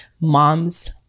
moms